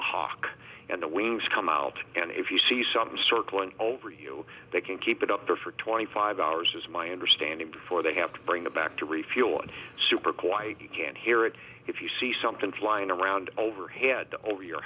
a hawk and the wings come out and if you see something circling over you they can keep it up there for twenty five hours is my understanding before they have to bring them back to refuel and super quiet you can't hear it if you see something flying around overhead over your